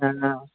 हा